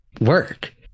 work